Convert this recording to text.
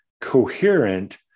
coherent